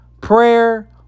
prayer